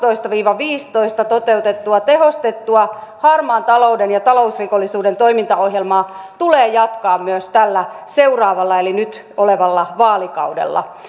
kaksituhattakaksitoista viiva viisitoista toteutettua tehostettua harmaan talouden ja talousrikollisuuden toimintaohjelmaa tulee jatkaa myös tällä seuraavalla eli nyt olevalla vaalikaudella